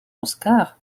oscar